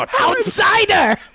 OUTSIDER